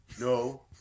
No